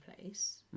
place